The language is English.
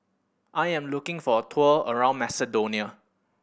I am looking for a tour around Macedonia